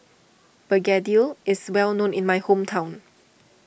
Begedil is well known in my hometown